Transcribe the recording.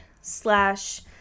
slash